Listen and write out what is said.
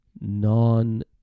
non